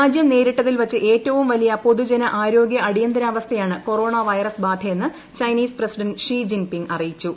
രാജ്യം നേരിട്ടതിൽ വച്ച് ഏറ്റവും വലിയ പൊതുജന ആരോഗ്യ അടിയന്തരാവസ്ഥയാണ് കൊറോണ വൈറസ് ബാധയെന്ന് Chinese president Xi Jinping അറിയിച്ചു